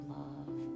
love